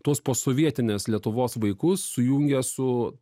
tuos posovietinės lietuvos vaikus sujungia su